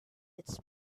its